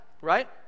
right